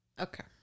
Okay